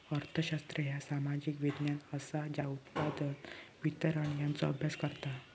अर्थशास्त्र ह्या सामाजिक विज्ञान असा ज्या उत्पादन, वितरण यांचो अभ्यास करता